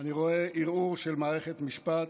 אני רואה ערעור של מערכת משפט,